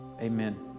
Amen